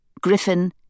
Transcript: Griffin